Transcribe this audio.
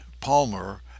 Palmer